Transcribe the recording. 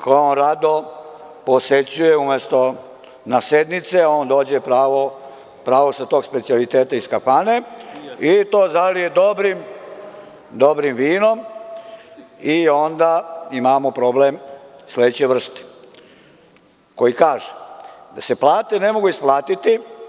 koje on rado posećuje i umesto na sednice, on dođe pravo sa tog specijaliteta iz kafane i to zalije dobrim vinom i onda imamo problem sledeće vrste, koji kaže – da se plate ne mogu isplatiti.